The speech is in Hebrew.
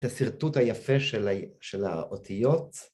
את השרטוט היפה של האותיות.